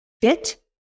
fit